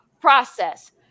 process